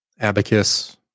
abacus